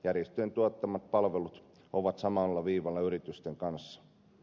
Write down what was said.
järjestöjen tuottamat palvelut ovat samalla viivalla yritysten kanssa